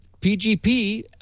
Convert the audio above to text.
pgp